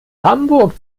hamburg